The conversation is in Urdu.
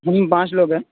ہم پانچ لوگ ہیں